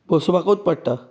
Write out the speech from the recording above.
बसोवपाकूच पडटा